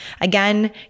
Again